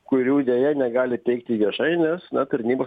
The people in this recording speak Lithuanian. kurių deja negali teikti viešai nes na tarnybos